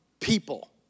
people